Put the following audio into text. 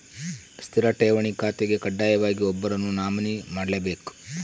ಸ್ಥಿರ ಠೇವಣಿ ಖಾತೆಗೆ ಕಡ್ಡಾಯವಾಗಿ ಒಬ್ಬರನ್ನು ನಾಮಿನಿ ಮಾಡ್ಲೆಬೇಕ್